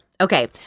Okay